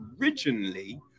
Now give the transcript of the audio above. originally